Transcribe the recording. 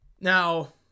Now